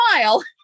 smile